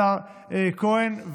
השר כהן,